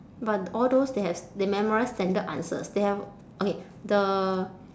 but all those they has they memorise standard answers they have okay the